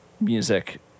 music